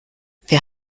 wir